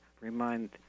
remind